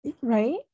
Right